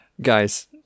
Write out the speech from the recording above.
guys